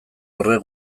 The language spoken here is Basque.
horrek